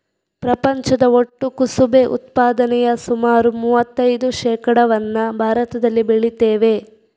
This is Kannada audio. ಪ್ರಪಂಚದ ಒಟ್ಟು ಕುಸುಬೆ ಉತ್ಪಾದನೆಯ ಸುಮಾರು ಮೂವತ್ತೈದು ಶೇಕಡಾವನ್ನ ಭಾರತದಲ್ಲಿ ಬೆಳೀತೇವೆ